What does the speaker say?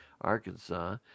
Arkansas